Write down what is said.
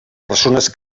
persones